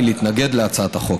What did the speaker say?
היא להתנגד להצעת החוק.